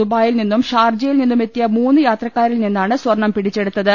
ദുബായിയിൽ നിന്നും ഷാർജയിൽ നിന്നും എത്തിയ മൂന്നു യാത്രക്കാരിൽ നിന്നാണ് സ്വർണ്ണം പിടിച്ചെടുത്തത്